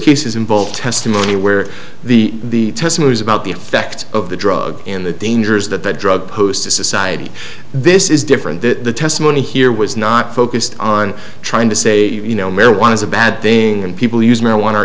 cases involved testimony where the testimony is about the effect of the drug and the danger is that the drug post to society this is different that the testimony here was not focused on trying to say you know marijuana is a bad thing and people use marijuana